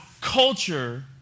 culture